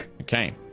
Okay